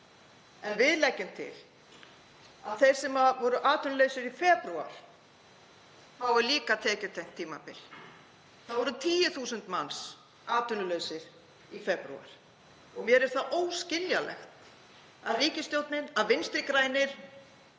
en við leggjum til að þeir sem voru atvinnulausir í febrúar fái líka tekjutengt tímabil. Það voru 10.000 manns atvinnulaus í febrúar og mér er það óskiljanlegt að ríkisstjórnin, Vinstri grænir,